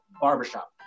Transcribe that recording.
Barbershop